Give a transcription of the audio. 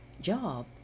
job